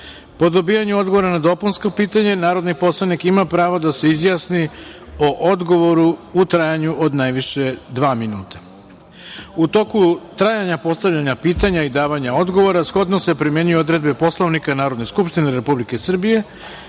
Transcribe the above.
Po dobijanju odgovora na dopunsko pitanje narodni poslanik ima pravo da se izjasni o odgovoru u trajanju od najviše dva minuta.U toku trajanja postavljanja pitanja i davanja odgovora shodno se primenjuju odredbe Poslovnika Narodne skupštine Republike Srbije